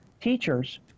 teachers